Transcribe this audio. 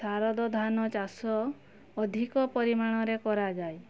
ଶାରଦ ଧାନଚାଷ ଅଧିକ ପରିମାଣରେ କରାଯାଏ